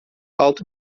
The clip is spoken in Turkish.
altı